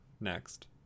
next